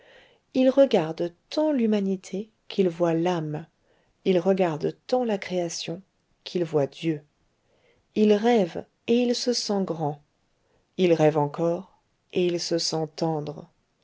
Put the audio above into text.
il regarde tant l'humanité qu'il voit l'âme il regarde tant la création qu'il voit dieu il rêve et il se sent grand il rêve encore et il se